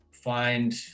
find